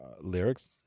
lyrics